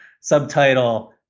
subtitle